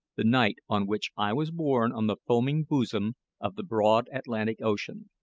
the night on which i was born on the foaming bosom of the broad atlantic ocean.